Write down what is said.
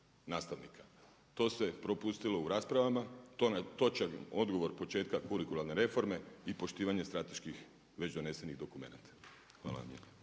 To se propustilo u raspravama, točan odgovor početka kurikularne reforme i poštivanje strateških već donesenih dokumenata. Hvala vam